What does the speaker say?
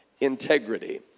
integrity